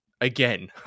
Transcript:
again